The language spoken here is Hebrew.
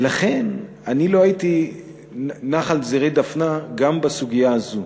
לכן אני לא הייתי נח על זרי דפנה גם בסוגיה הזו,